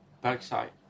backside